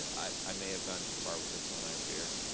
i may have gone too far with this one, i fear.